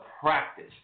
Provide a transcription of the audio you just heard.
practice